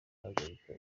guhagarika